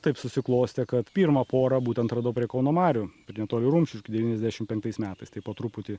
taip susiklostė kad pirmą porą būtent radau prie kauno marių netoli rumšiškių devyniasdešim penktais metais tai po truputį